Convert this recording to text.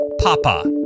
Papa